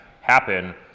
happen